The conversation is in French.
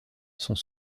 sont